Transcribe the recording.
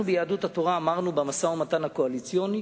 אנחנו ביהדות התורה אמרנו במשא-ומתן הקואליציוני